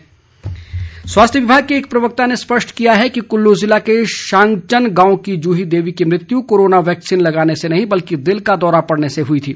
जुही देवी स्वास्थ्य विभाग के एक प्रवक्ता ने स्पष्ट किया है कि कुल्लू जिले के शांगचन गांव की जूही देवी की मृत्यु कोरोना वैक्सीन लगाने से नहीं बल्कि दिल का दौरा पड़ने से हुई थी